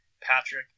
Patrick